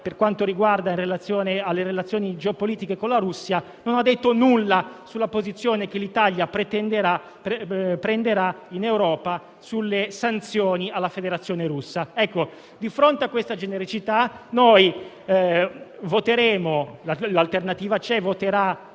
e, in particolare, le relazioni geopolitiche con la Russia, non ha detto nulla sulla posizione che l'Italia prenderà in Europa sulle sanzioni alla Federazione Russa. Di fronte a questa genericità, "L'alternativa c'è" voterà